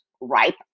ripe